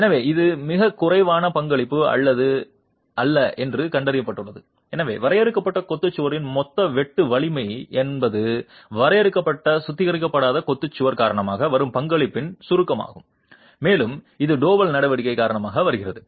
எனவே இது மிகக் குறைவான பங்களிப்பு அல்ல என்று கண்டறியப்பட்டுள்ளது எனவே வரையறுக்கப்பட்ட கொத்து சுவரின் மொத்த வெட்டு வலிமை என்பது வரையறுக்கப்பட்ட சுத்திகரிக்கப்படாத கொத்து சுவர் காரணமாக வரும் பங்களிப்பின் சுருக்கமாகும் மேலும் இது டோவல் நடவடிக்கை காரணமாக வருகிறது